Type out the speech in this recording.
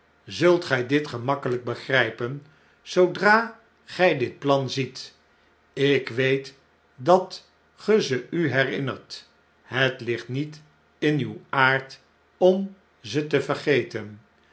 zult gjj dit gemakkel p begrh'pen zoodra gfl dit plan ziet ik weet dat ge ze u herinnert het ligt niet in uw aard om ze te vergeten